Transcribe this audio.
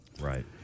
Right